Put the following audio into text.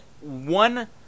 one